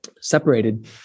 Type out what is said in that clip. separated